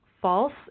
false